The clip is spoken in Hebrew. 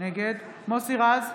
נגד מוסי רז,